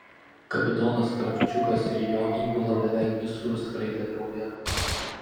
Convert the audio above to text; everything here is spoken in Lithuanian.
kapitonas kravčiukas ir jo įgula beveik visur skraidė drauge